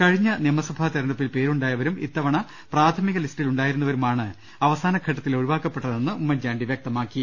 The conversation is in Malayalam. കഴിഞ്ഞ നിയമസഭാ തെരഞ്ഞെടുപ്പിൽ പേരുണ്ടായ വരും ഇത്തവണത്തെ പ്രാഥമിക ലിസ്റ്റിലുണ്ടായിരുന്ന വരുമാണ് അവസാനഘട്ടത്തിൽ ഒഴിവാക്കപ്പെട്ടതെന്ന് ഉമ്മൻചാണ്ടി വ്യക്തമാക്കി